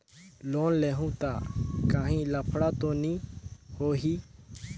Loan लेहूं ता काहीं लफड़ा तो नी होहि?